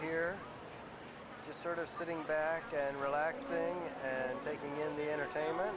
here just sort of sitting back and relaxing and taking in the entertainment